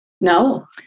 No